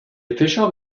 official